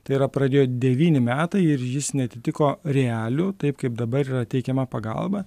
tai yra pradėjo devyni metai ir jis neatitiko realijų taip kaip dabar yra teikiama pagalba